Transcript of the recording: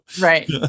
Right